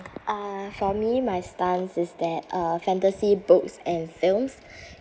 uh for me my stance is that uh fantasy books and films